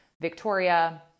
Victoria